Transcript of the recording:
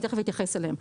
ואני תכף אתייחס אליהם.